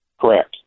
Correct